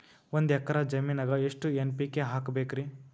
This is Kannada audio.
ಒಂದ್ ಎಕ್ಕರ ಜಮೀನಗ ಎಷ್ಟು ಎನ್.ಪಿ.ಕೆ ಹಾಕಬೇಕರಿ?